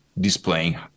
displaying